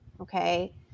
Okay